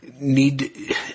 need